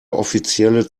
offizielle